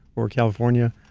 or california,